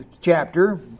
chapter